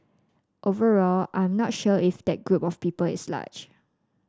overall I'm not sure if that group of people is large